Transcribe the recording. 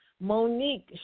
Monique